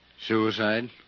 Suicide